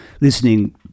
listening